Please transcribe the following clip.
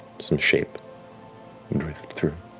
some shape drift through